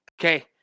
okay